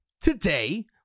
today